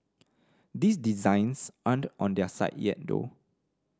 these designs aren't on their site yet though